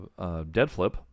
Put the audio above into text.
Deadflip